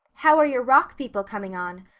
how are your rock people coming on?